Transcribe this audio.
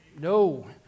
No